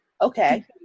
Okay